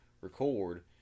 record